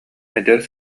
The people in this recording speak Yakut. эдэр